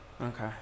Okay